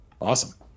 Awesome